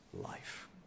life